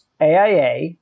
AIA